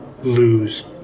lose